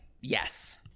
yes